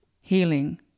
healing